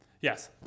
Yes